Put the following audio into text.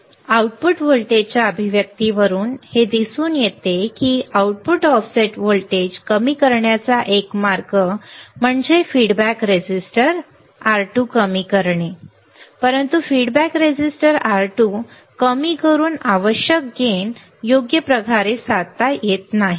तर आउटपुट व्होल्टेजच्या अभिव्यक्तीवरून हे दिसून येते की आउटपुट ऑफसेट व्होल्टेज कमी करण्याचा एक मार्ग म्हणजे फीडबॅक रेझिस्टर R 2 कमी करणे परंतु फीडबॅक रेझिस्टर R 2 कमी करून आवश्यक लाभ योग्य प्रकारे साध्य करता येत नाही